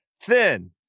thin